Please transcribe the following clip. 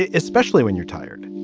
ah especially when you're tired.